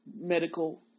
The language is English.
medical